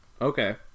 Okay